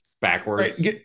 backwards